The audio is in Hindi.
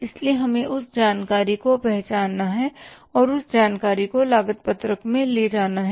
इसलिए हमें उस जानकारी को पहचानना है और उस जानकारी को लागत पत्रक में ले जाना है